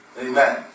Amen